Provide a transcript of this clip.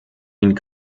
ihnen